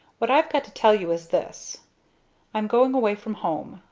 what i've got to tell you is this i'm going away from home.